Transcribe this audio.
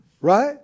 Right